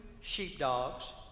sheepdogs